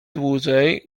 dłużej